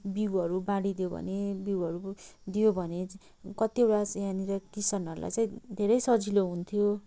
बिउहरू बाँडिदियो भने बिउहरू दियो भने कतिवटा यहाँनिर किसानहरूलाई चाहिँ धेरै सजिलो हुन्थ्यो